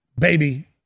baby